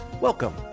Welcome